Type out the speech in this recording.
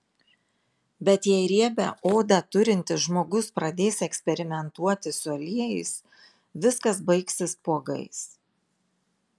bet jei riebią odą turintis žmogus pradės eksperimentuoti su aliejais viskas baigsis spuogais